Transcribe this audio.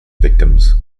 victims